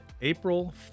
April